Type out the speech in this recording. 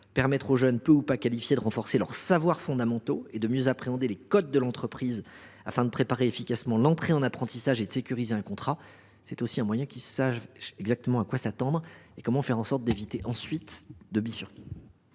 permettre aux jeunes peu ou pas qualifiés de renforcer leurs savoirs fondamentaux et de mieux appréhender les codes de l’entreprise, afin de préparer efficacement l’entrée en apprentissage et de sécuriser un contrat. C’est aussi un moyen de leur faire savoir exactement à quoi ils doivent s’attendre et de leur éviter de bifurquer.